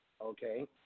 okay